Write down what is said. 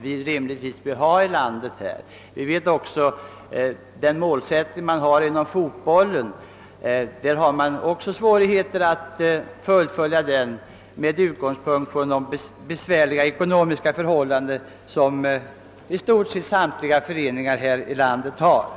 Vi vet också att Fotboliförbundet har svårt att fullfölja sin målsättning på grund av de ekonomiska svårigheter som i stort sett samtliga föreningar i landet brottas med.